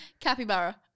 Capybara